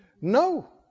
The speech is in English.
No